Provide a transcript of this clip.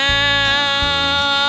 now